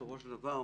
בסופו של דבר,